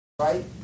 Right